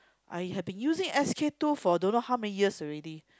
I have been using S_K-two for don't know how many years already